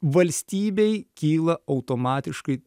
valstybei kyla automatiškai